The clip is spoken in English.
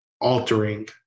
altering